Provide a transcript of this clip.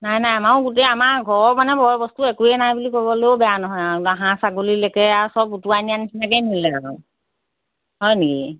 নাই নাই আমাৰো গোটেই আমাৰ ঘৰৰ মানে বয়বস্তু একোৱেই নাই বুলি ক'বলৈয়ো বেয়া নহয় আৰু হাঁহ ছাগলীলৈকে আৰু চব উটোৱাই নিয়া নিচিনাকৈ নিলে আৰু হয় নেকি